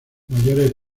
mayores